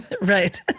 Right